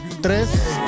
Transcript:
tres